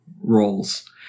roles